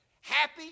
Happy